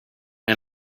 and